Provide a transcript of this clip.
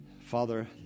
Father